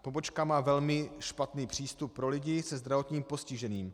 Pobočka má velmi špatný přístup pro lidi se zdravotním postižením.